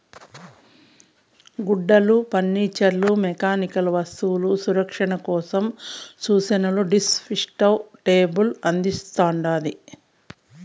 గుడ్డలు furniture mechanical వస్తువులు సంరక్షణ కోసం సూచనలని డిస్క్రిప్టివ్ లేబుల్ అందిస్తాండాది